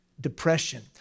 depression